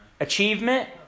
Achievement